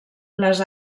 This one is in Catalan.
les